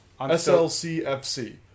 SLCFC